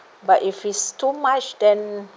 but if it's too much then